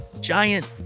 giant